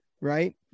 right